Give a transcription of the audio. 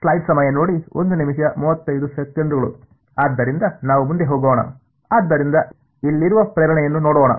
ಆದ್ದರಿಂದ ನಾವು ಮುಂದೆ ಹೋಗೋಣ ಆದ್ದರಿಂದ ಇಲ್ಲಿರುವ ಪ್ರೇರಣೆಯನ್ನು ನೋಡೋಣ